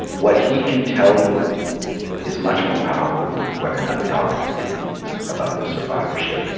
what he can tell you is much more powerful than what another doctor can tell you about the survivorship.